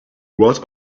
what